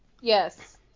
Yes